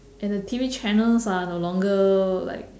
and the T_V channels are no longer like